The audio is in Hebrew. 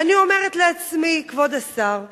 ואני אומרת לעצמי, כבוד השר,